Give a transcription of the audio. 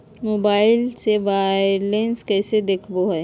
Mobile से balance कैसे देखाबो है?